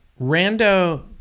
Rando